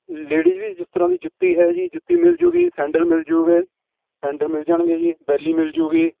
ladies ਵੀ ਜਿਸ ਤਰ੍ਹਾਂ ਦੀ ਜੁੱਤੀ ਹੈ ਜੀ ਜੁੱਤੀ ਮਿਲ ਜੂਗੀ ਸੈਂਡਲ ਮਿਲ ਜੂਗੇ ਸੈਂਡਲ ਮਿਲ ਜਾਣਗੇ ਜੀ ਬੈਲੀ ਮਿਲ ਜਾਊਗੀ